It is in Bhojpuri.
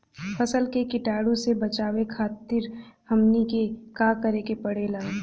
फसल के कीटाणु से बचावे खातिर हमनी के का करे के पड़ेला?